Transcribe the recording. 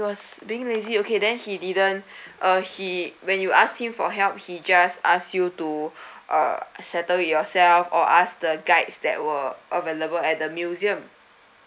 he was being lazy okay then he didn't uh he when you asked him for help he just ask you to uh settle it yourself or ask the guides that were available at the museum